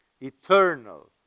eternal